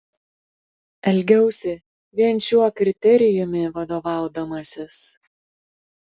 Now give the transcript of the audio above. elgiausi vien šiuo kriterijumi vadovaudamasis